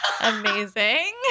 Amazing